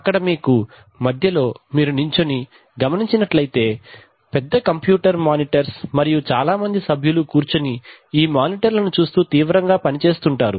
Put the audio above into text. అక్కడ మీకు మధ్యలో మీరు నించుని గమనించినట్లైతే పెద్ద కంప్యూటర్ మానిటర్స్ మరియు చాలామంది సభ్యులు కూర్చొని ఈ మానిటర్ లను చూస్తూ తీవ్రంగా పని చేస్తుంటారు